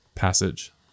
passage